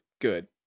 good